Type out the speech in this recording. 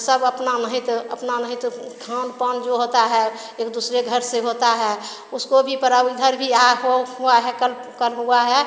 सब अपना नहीं तो अपना नहीं तो खान पान जो होता है एक दूसरे घर से होता है उसको भी पर्व इधर भी हो हुआ है कल कल हुआ है